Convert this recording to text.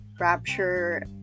Rapture